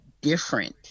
different